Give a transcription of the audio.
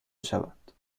بشوند